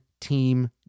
Team